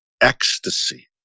Ecstasy